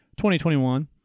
2021